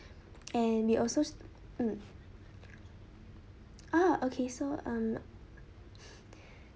and we also mm ah okay so um